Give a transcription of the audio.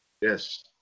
Yes